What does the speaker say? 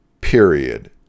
period